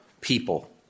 people